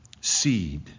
seed